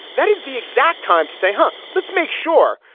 that is the exact time to say, huh? let's make sure,